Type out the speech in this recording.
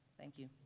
thank you.